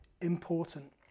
important